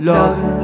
Love